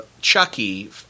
Chucky